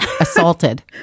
assaulted